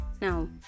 Now